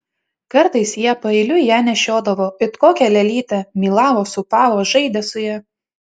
kartais jie paeiliui ją nešiodavo it kokią lėlytę mylavo sūpavo žaidė su ja